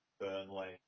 Burnley